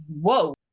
whoa